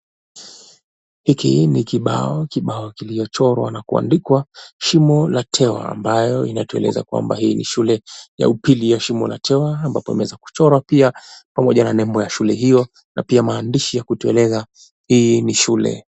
Hiki ni kibao, kibao kiliochochorwa na kuandikwa shimo la tewa ambayo inatueleza kwamba hii ni shule ya upili ya shimo la tewa ambapo pameweza kuchorwa pia pamoja na nembo ya shule hiyo na pia maandishi yakutueleza hii ni shule.